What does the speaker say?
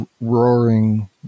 roaring